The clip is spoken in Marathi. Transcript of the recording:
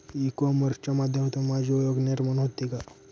ई कॉमर्सच्या माध्यमातून माझी ओळख निर्माण होते का?